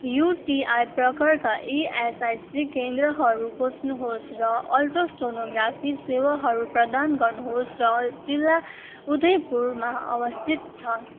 UTI प्रकारका ESIC केन्द्रहरू खोज्नुहोस् र अल्ट्रासोनोग्राफी सेवाहरू प्रदान गर्नुहोस् र जिल्ला उदयपुरमा अवस्थित छ